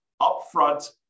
upfront